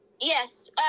Yes